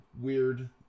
Weird